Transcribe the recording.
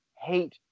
hate